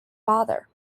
father